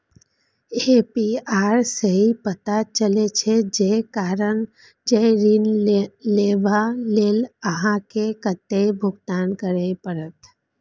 APR सं ई पता चलै छै, जे ऋण लेबा लेल अहां के कतेक भुगतान करय पड़त